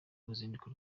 ruzinduko